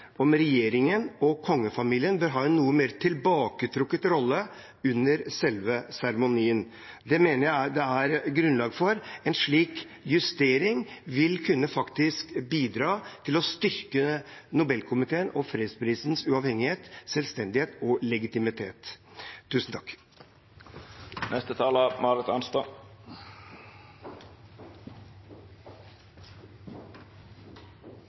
om regjeringen og kongefamilien bør ha en noe mer tilbaketrukket rolle under selve seremonien. Det mener jeg det er grunnlag for. En slik justering vil kunne bidra til å styrke Nobelkomiteen og fredsprisens uavhengighet, selvstendighet og legitimitet.